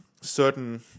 certain